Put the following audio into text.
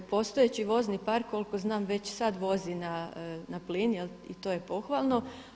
Postojeći vozni park koliko znam već sad vozi na plin i to je pohvalno.